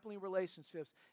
relationships